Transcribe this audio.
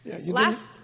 last